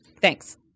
thanks